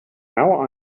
now